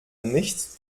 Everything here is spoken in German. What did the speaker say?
nichts